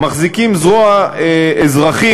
מחזיקים זרוע אזרחית,